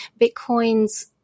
Bitcoins